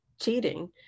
cheating